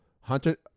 Hunter